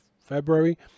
February